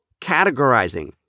categorizing